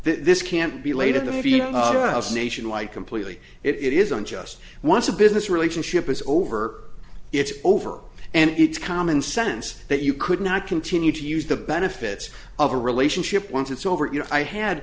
this can't be laid at the house nationwide completely it isn't just once a business relationship is over it's over and it's common sense that you could not continue to use the benefits of a relationship once it's over you know i had